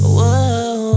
Whoa